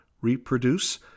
reproduce